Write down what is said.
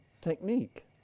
technique